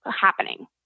happening